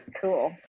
cool